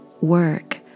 work